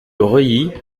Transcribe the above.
reuilly